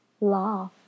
laugh